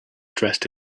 dressed